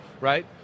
right